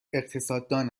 اقتصاددان